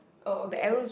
oh okay okay